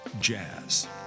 jazz